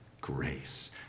grace